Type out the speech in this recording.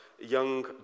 young